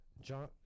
John